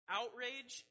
outrage